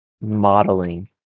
modeling